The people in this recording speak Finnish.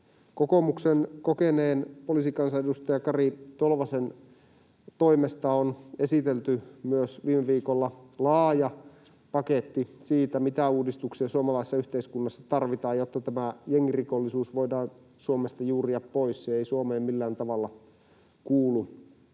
Kokoomuksen kokeneen poliisikansanedustaja Kari Tolvasen toimesta on esitelty myös viime viikolla laaja paketti siitä, mitä uudistuksia suomalaisessa yhteiskunnassa tarvitaan, jotta tämä jengirikollisuus voidaan Suomesta juuria pois. Se ei Suomeen millään tavalla kuulu.